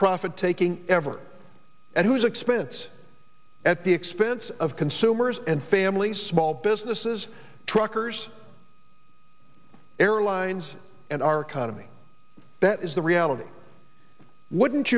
profit taking ever at whose expense at the expense of consumers and families small businesses truckers airlines and our economy that is the reality wouldn't